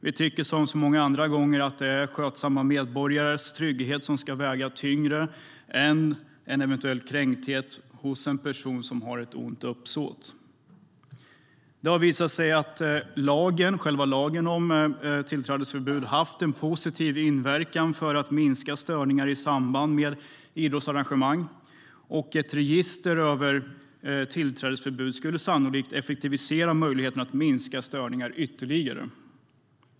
Vi tycker, som så många andra gånger, att skötsamma medborgares trygghet ska väga tyngre än en eventuell kränkthet hos en person som har ett ont uppsåt. Det har visat sig att själva lagen om tillträdesförbud har haft en positiv inverkan när det gäller att minska störningar i samband med idrottsarrangemang, och ett register över tillträdesförbud skulle sannolikt effektivisera möjligheten att minska störningar ytterligare.